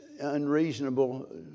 unreasonable